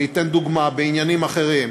אני אתן דוגמה בעניינים אחרים.